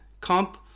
Comp